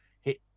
hit